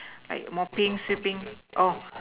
like mopping sweeping all